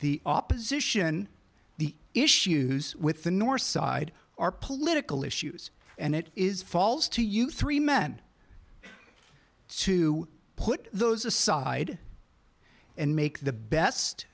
the opposition the issues with the north side are political issues and it is falls to you three men to put those aside and make the best